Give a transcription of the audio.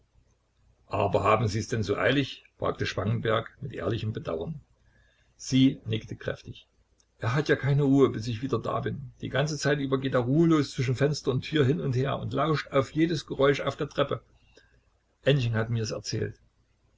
aber haben sie's denn so eilig fragte spangenberg mit ehrlichem bedauern sie nickte kräftig er hat ja keine ruhe bis ich wieder da bin die ganze zeit über geht er ruhelos zwischen fenster und tür hin und her und lauscht auf jedes geräusch auf der treppe ännchen hat mir's erzählt